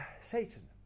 Satan